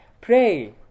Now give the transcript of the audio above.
Pray